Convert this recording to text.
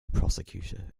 prosecutor